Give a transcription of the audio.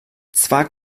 zwar